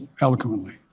eloquently